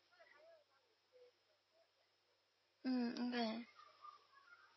mm okay